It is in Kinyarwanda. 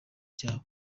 ryabo